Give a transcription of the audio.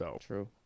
True